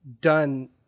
done